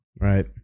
Right